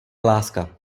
láska